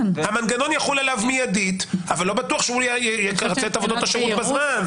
המנגנון יחול עליו מיידית אבל לא בטוח שהוא ירצה את עבודות השירות בזמן.